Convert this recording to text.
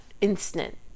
instant